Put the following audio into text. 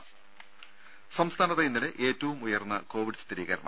ദര സംസ്ഥാനത്ത് ഇന്നലെ ഏറ്റവും ഉയർന്ന കോവിഡ് സ്ഥിരീകരണം